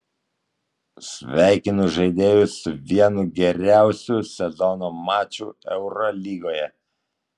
sveikinu žaidėjus su vienu geriausių sezono mačų eurolygoje